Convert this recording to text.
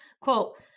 Quote